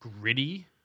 gritty